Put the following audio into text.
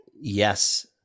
Yes